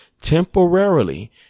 temporarily